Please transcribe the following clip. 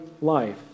life